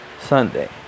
Sunday